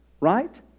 Right